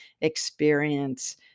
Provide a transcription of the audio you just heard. experience